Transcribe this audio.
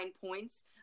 points